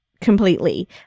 completely